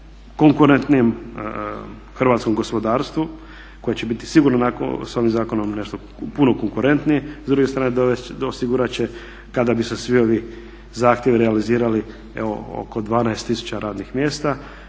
konkurentnijem hrvatskom gospodarstvu, koje će biti sigurno sa ovim zakonom puno konkurentniji. S druge strane osigurat će kada bi se svi ovi zahtjevi realizirali oko 12 tisuća radnih mjesta